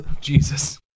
Jesus